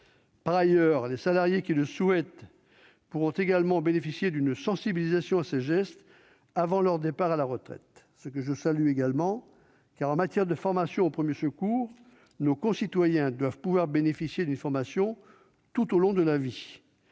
Par ailleurs, les salariés qui le souhaitent pourront également bénéficier d'une sensibilisation à ces gestes avant leur départ à la retraite, ce que je salue également. En effet, en la matière, nos concitoyens doivent pouvoir bénéficier d'une formation tout au long de la vie,